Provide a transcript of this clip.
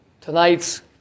tonight's